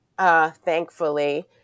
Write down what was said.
Thankfully